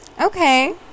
Okay